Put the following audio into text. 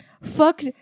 Fuck